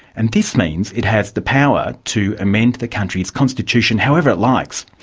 and this means it has the power to amend the country's constitution however it likes.